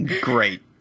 Great